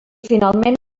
finalment